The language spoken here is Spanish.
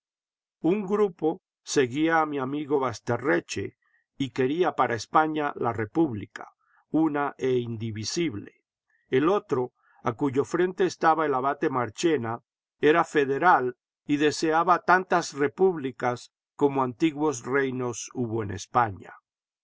un grupo seguía a mi amigo basterreche y quería para españa la república una e indivisible el otro a cuyo frente estaba el abate marchena era federal y deseaba tantas repúblicas como antiguos reinos hubo en españa